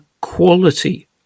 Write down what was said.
quality